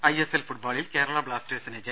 ISL ഫുട്ബോളിൽ കേരളാ ബ്ലാസ്റ്റേഴ്സിന് ജയം